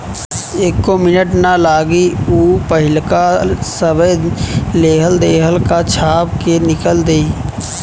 एक्को मिनट ना लागी ऊ पाहिलका सभे लेहल देहल का छाप के निकल दिहि